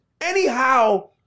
Anyhow